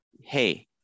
hey